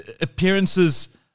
appearances